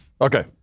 Okay